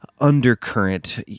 undercurrent